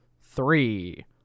Three